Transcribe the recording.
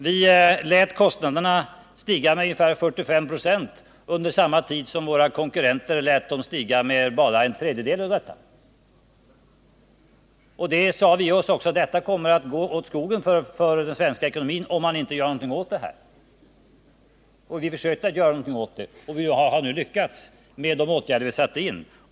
Vi lät kostnaderna stiga med ungefär 45 26 under samma tid som våra konkurrenter lät dem stiga med bara en tredjedel av denna höjning. Vi sade oss också att det kommer att gå åt skogen för den svenska ekonomin, om man inte gör någonting åt detta. Vi försökte att göra någonting åt det, och vi har nu lyckats med de åtgärder som vi satte in.